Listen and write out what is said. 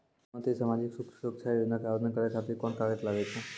प्रधानमंत्री समाजिक सुरक्षा योजना के आवेदन करै खातिर कोन कागज लागै छै?